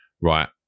Right